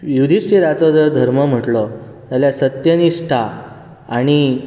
युद्धीष्टीराचो जो धर्म म्हटलो जाल्यार सत्य निश्टा आनी